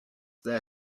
there